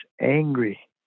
angry